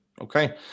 Okay